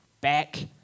back